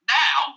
now